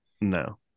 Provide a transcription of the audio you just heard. no